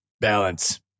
Balance